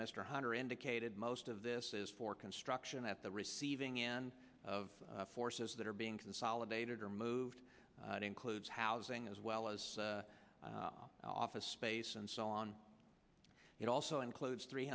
mr hunter indicated most of this is for construction at the receiving end of forces that are being consolidated or moved includes housing as well as office space and so on it also includes three